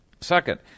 Second